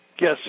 Yes